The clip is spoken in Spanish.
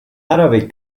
árabe